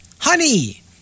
honey